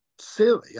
silly